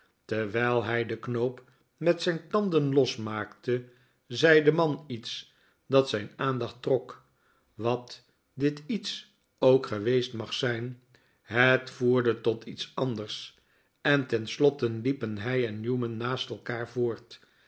terwijl hij den knoop met zijn tanden losmaakte zei de man iets dat zijn aandacht trok wat dit iejs ook geweest m ag zijn het voerde tot iets anders en tenslotte liepen hij en newman naast elkaar voort